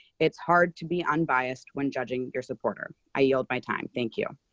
it's hard to be unbiased when judging your supporter. i yield my time. thank you.